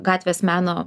gatvės meno